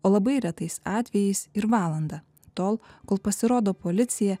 o labai retais atvejais ir valandą tol kol pasirodo policija